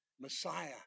Messiah